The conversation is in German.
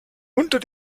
unter